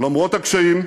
למרות הקשיים,